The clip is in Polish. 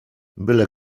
byle